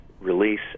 release